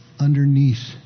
Underneath